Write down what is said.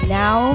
now